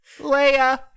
Leia